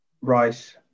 Rice